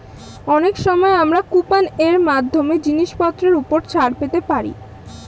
অনেক সময় আমরা কুপন এর মাধ্যমে জিনিসপত্রের উপর ছাড় পেতে পারি